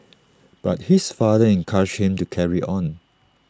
but his father encouraged him to carry on